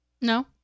No